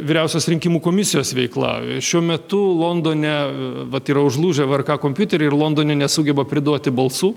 vyriausios rinkimų komisijos veikla šiuo metu londone vat yra užlūžę vrk kompiuteriai ir londone nesugeba priduoti balsų